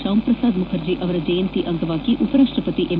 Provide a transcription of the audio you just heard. ಶ್ಯಾಮ್ ಪ್ರಸಾದ್ ಮುಖರ್ಜಿ ಅವರ ಜಯಂತಿ ಅಂಗವಾಗಿ ಉಪರಾಷ್ವ ಪತಿ ಎಂ